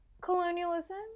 colonialism